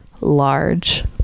large